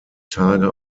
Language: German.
tage